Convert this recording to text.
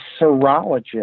serologist